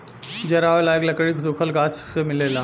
जरावे लायक लकड़ी सुखल गाछ से मिलेला